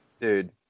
Dude